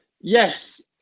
yes